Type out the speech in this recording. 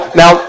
now